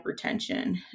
hypertension